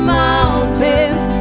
mountains